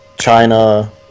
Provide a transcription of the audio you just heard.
China